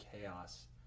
Chaos